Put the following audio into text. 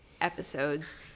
episodes